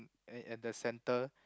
at at the center